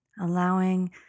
allowing